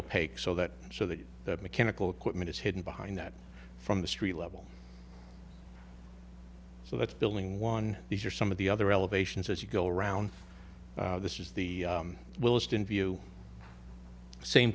opaque so that so that the mechanical equipment is hidden behind that from the street level so that's building one these are some of the other elevations as you go around this is the willesden view same